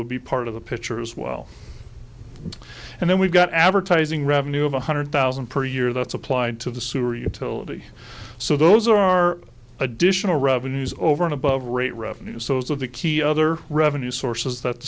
would be part of the pitcher as well and then we've got advertising revenue of one hundred thousand per year that's applied to the sewer utility so those are our additional revenues over and above rate revenues those of the key other revenue sources that